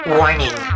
warning